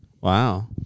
Wow